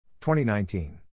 2019